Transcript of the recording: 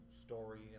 story